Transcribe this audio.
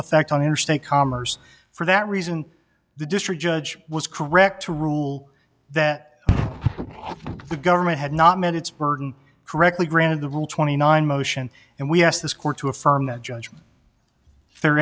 effect on interstate commerce for that reason the district judge was correct to rule that the government had not met its burden correctly granted the rule twenty nine motion and we asked this court to affirm that judgment th